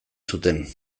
zuten